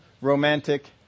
romantic